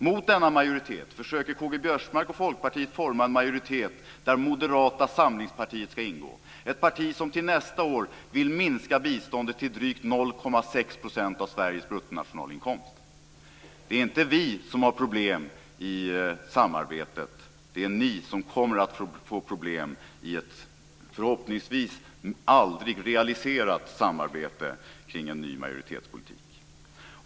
Mot denna majoritet försöker K-G Biörsmark och Folkpartiet forma en majoritet där Moderata samlingspartiet ska ingå, ett parti som till nästa år vill minska biståndet till drygt 0,6 % av Sveriges bruttonationalinkomst. Det är inte vi som har problem i samarbetet. Det är ni som kommer att få problem i ett förhoppningsvis aldrig realiserat samarbete kring en ny majoritetspolitik.